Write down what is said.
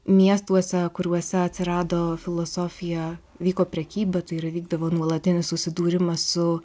miestuose kuriuose atsirado filosofija vyko prekyba tai yra vykdavo nuolatinis susidūrimas su